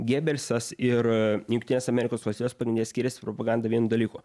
gėbelsas ir jungtinės amerikos valstijos pagrinde skyrėsi propaganda vienu dalyku